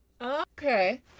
Okay